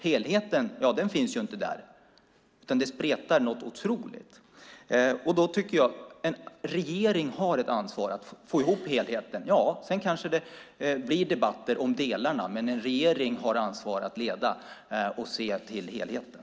Helheten finns inte där, utan det spretar helt otroligt. En regering har ett ansvar för att få ihop helheten. Sedan kanske det blir debatter om delarna, men en regering har ansvar för att leda och se till helheten.